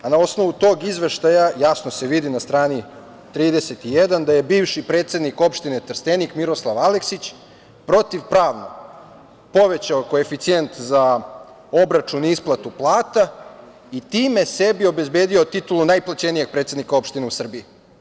Na osnovu tog izveštaja, jasno se vidi na strani 31, da je bivši predsednik opštine Trstenik, Miroslav Aleksić, protivpravno povećao koeficijent za obračun i isplatu plata i time sebi obezbedio titulu najplaćenijeg predsednika opštine u Srbiji.